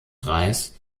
reis